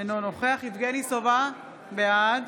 אינו נוכח יבגני סובה, בעד